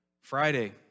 Friday